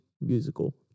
musical